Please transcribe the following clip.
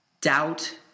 doubt